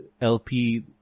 LP